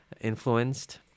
influenced